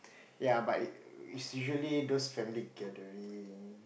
yea but it's usually those family gathering